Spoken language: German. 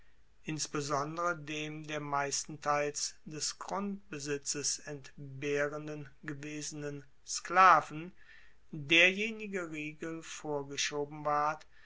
insbesondere dem der meistenteils des grundbesitzes entbehrenden gewesenen sklaven derjenige riegel vorgeschoben ward